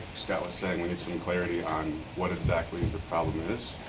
so ah so we need some clarity on what exactly the problem is